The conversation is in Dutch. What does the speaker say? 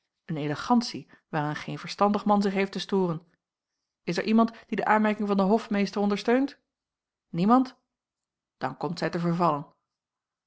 een elegantie waaraan geen verstandig man zich heeft te storen is er iemand die de aanmerking van den hofmeester ondersteunt niemand dan komt zij te vervallen